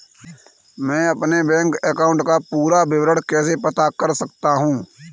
मैं अपने bank account का पूरा विवरण कैसे पता कर सकता हूँ?